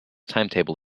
timetable